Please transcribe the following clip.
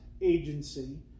agency